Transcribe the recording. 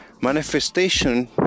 manifestation